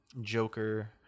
Joker